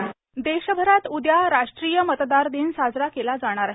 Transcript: मतदार दिवस देशभरात उद्या राष्ट्रीय मतदार दिन साजरा केला जाणार आहे